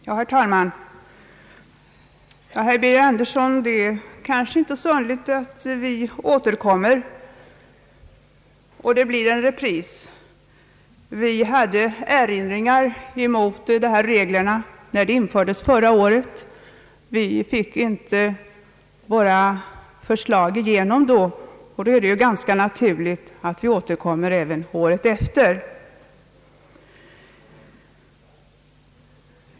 Herr talman! Det är kanske inte så underligt, herr Birger Andersson, att vi återkommer och att det blir en repris. Vi hade erinringar mot dessa regler, när de infördes förra året. Vi fick inte igenom våra förslag den gången, och då är det ju ganska naturligt att vi återkommer även i år.